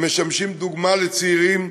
הם משמשים דוגמה לצעירים,